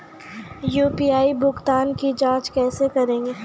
UPI भुगतान की जाँच कैसे करेंगे?